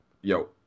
Yo